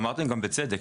אמרתם גם בצדק,